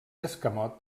escamot